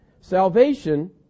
salvation